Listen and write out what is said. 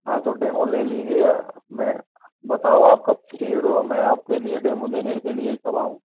हाँ तो डेमो ले लीजिए मैं बताओ आप कब फ्री रहो मैं आपके लिए डेमो देने के लिए कब आऊं